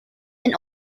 and